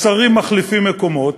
השרים מחליפים מקומות.